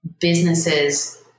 businesses